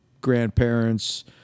grandparents